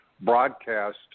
broadcast